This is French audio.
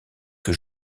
que